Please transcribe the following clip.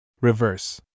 Reverse